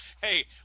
Hey